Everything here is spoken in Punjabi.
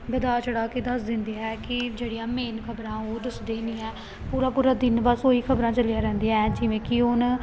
ਵਧਾ ਚੜ੍ਹਾ ਕੇ ਦੱਸ ਦਿੰਦੀ ਹੈ ਕਿ ਜਿਹੜੀਆਂ ਮੇਨ ਖ਼ਬਰਾਂ ਉਹ ਦੱਸਦੇ ਨਹੀਂ ਹੈ ਪੂਰਾ ਪੂਰਾ ਦਿਨ ਬਸ ਉਹ ਹੀ ਖ਼ਬਰਾਂ ਚੱਲੀਆਂ ਰਹਿੰਦੀਆਂ ਹੈ ਜਿਵੇਂ ਕਿ ਹੁਣ